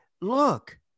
look